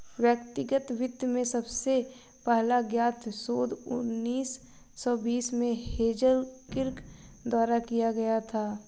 व्यक्तिगत वित्त में सबसे पहला ज्ञात शोध उन्नीस सौ बीस में हेज़ल किर्क द्वारा किया गया था